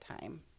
time